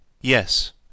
Yes